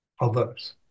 others